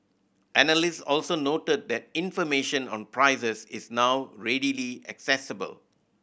analyst also noted that information on prices is now readily accessible